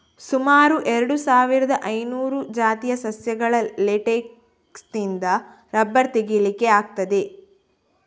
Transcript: ಸುಮಾರು ಎರಡು ಸಾವಿರದ ಐನೂರು ಜಾತಿಯ ಸಸ್ಯಗಳ ಲೇಟೆಕ್ಸಿನಿಂದ ರಬ್ಬರ್ ತೆಗೀಲಿಕ್ಕೆ ಆಗ್ತದೆ